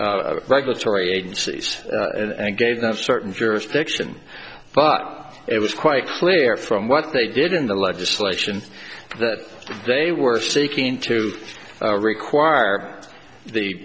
regulatory agencies and gave them certain jurisdiction but it was quite clear from what they did in the legislation that they were seeking to require the